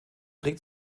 regt